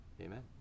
amen